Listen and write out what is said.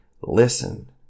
listen